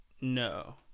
no